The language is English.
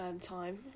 time